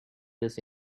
this